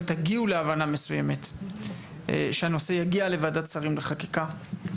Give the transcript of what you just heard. שהנושא יגיע לוועדת שרים לחקיקה לאישור עקרוני.